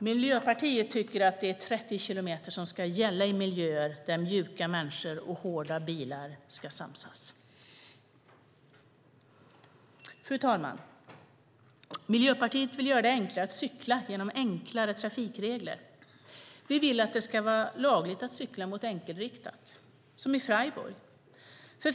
Miljöpartiet tycker att det är 30 som ska gälla i miljöer där mjuka människor och hårda bilar ska samsas. Fru talman! Miljöpartiet vill genom enklare trafikregler göra det enklare att cykla. Vi vill att det ska vara lagligt att cykla mot enkelriktat, som i Freiburg.